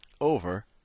over